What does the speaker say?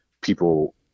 people